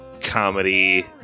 comedy